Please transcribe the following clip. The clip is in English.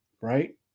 right